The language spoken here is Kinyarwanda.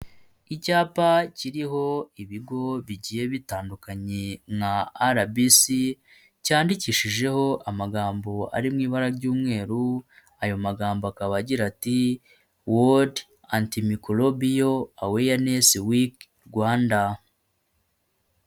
Icyapa kiriho ibigo bigiye bitandukanye na Arabisi cyandikishijeho amagambo ari mu ibara ry'umweru ayo magambo akaba agira ati wodi antimayikorobiyo awayanesi wiki Rwanda.